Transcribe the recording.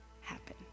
happen